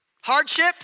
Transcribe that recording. Hardship